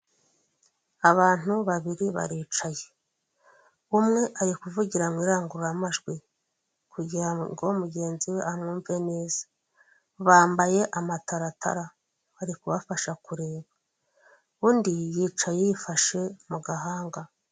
Abantu babiri baricaye umwe ari kuvugira mu irangururamajwi kugirango mugenzi we amwumve neza. Bambaye amataratara ari kubafasha kureba, undi yicaye yifashe mu gahanga.